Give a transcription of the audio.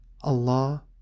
Allah